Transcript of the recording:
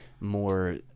more